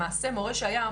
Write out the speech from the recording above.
בעצם למעשה, מורה שהיה,